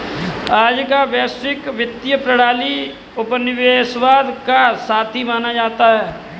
आज का वैश्विक वित्तीय प्रणाली उपनिवेशवाद का साथी माना जाता है